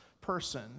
person